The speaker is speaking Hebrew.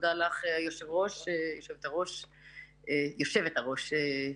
תודה לך יושבת הראש,